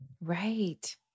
Right